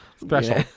special